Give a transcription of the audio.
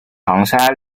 长沙